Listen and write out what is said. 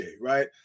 Right